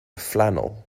flannel